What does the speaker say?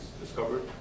discovered